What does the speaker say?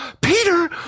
Peter